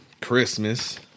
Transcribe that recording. Christmas